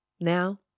Now